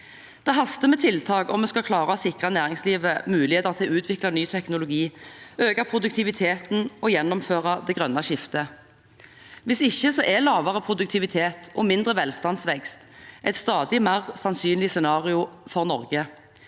Det haster med tiltak om vi skal klare å sikre næringslivet muligheter til å utvikle ny teknologi, øke produktiviteten og gjennomføre det grønne skiftet. Hvis ikke er lavere produktivitet og mindre velstandsvekst et stadig mer sannsynlig scenario for Norge.